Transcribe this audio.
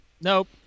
Nope